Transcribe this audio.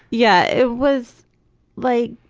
yeah, it was like,